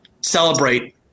celebrate